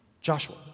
Joshua